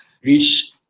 reach